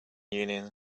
union